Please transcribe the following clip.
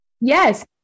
Yes